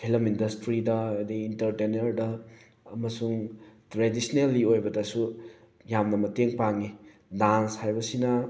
film ꯏꯟꯗꯁꯇ꯭ꯔꯤꯗ ꯑꯗꯩ ꯏꯟꯇꯔꯇꯦꯟꯅꯔꯗ ꯑꯃꯁꯨꯡ ꯇ꯭ꯔꯦꯗꯤꯁꯅꯦꯜꯂꯤ ꯑꯣꯏꯕꯗꯁꯨ ꯌꯥꯝꯅ ꯃꯇꯦꯡ ꯄꯥꯡꯉꯤ ꯗꯥꯟꯁ ꯍꯥꯏꯕꯁꯤꯅ